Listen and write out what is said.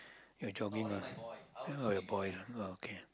your jogging ah oh your boy ah oh okay